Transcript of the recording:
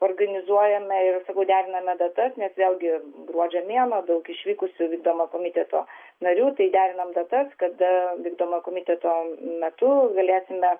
organizuojame ir sakau deriname datas nes vėlgi gruodžio mėnuo daug išvykusių vykdomo komiteto narių tai derinam datas kada vykdomojo komiteto metu galėsime